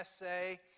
essay